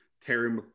Terry